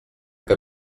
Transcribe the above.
que